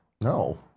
No